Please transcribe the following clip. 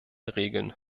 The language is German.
regeln